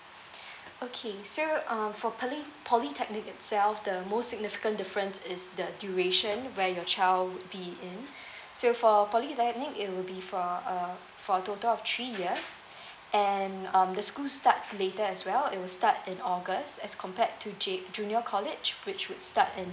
okay so uh for poly~ polytechnic itself the most significant difference is the duration where your child would be in so for polytechnic it will be for uh for a total of three years and um the school starts later as well it will start in august as compared to J junior college which would start in